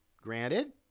granted